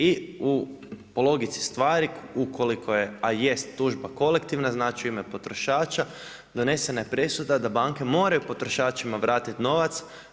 I u po logici stvari, u koliko je, a jest tužba kolektivna, znači u ime potrošača donesena je presuda da banke moraju potrošačima vratiti novac.